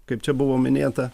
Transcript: kaip čia buvo minėta